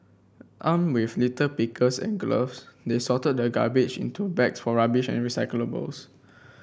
armed with litter pickers and gloves they sorted the garbage into bags for rubbish and recyclables